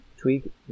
Tweak